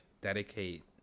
dedicate